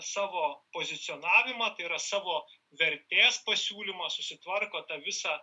savo pozicionavimą tai yra savo vertės pasiūlymą susitvarko tą visą